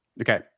Okay